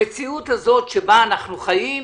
המציאות הזו שבה אנו חיים,